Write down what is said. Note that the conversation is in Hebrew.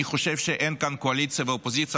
אני חושב שאין כאן קואליציה ואופוזיציה,